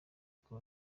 uko